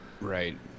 Right